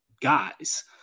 guys